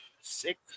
six